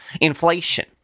inflation